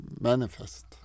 manifest